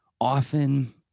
often